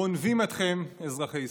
גונבים אתכם, אזרחי ישראל.